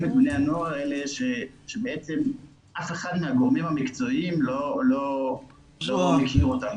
את בני הנוער האלה שבעצם אף אחד מהגורמים המקצועיים לא מכיר אותם.